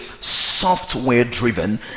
software-driven